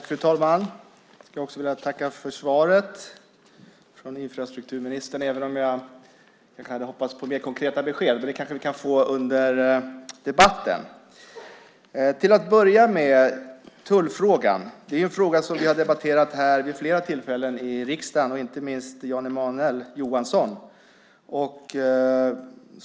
Fru talman! Tack för svaret från infrastrukturministern, även om jag hade hoppats på ett mer konkret besked. Men det kanske vi kan få under debatten. Jag börjar med tullfrågan. Det är en fråga som vi har debatterat vid fler tillfällen i riksdagen. Inte minst har Jan Emanuel Johansson gjort det.